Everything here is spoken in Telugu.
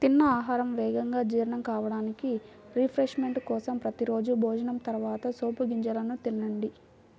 తిన్న ఆహారం వేగంగా జీర్ణం కావడానికి, రిఫ్రెష్మెంట్ కోసం ప్రతి రోజూ భోజనం తర్వాత సోపు గింజలను తినండి